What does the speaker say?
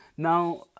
Now